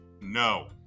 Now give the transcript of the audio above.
no